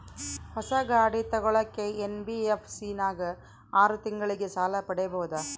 ಹೊಸ ಗಾಡಿ ತೋಗೊಳಕ್ಕೆ ಎನ್.ಬಿ.ಎಫ್.ಸಿ ನಾಗ ಆರು ತಿಂಗಳಿಗೆ ಸಾಲ ಪಡೇಬೋದ?